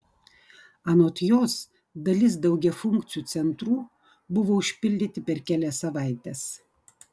anot jos dalis daugiafunkcių centrų buvo užpildyti per kelias savaites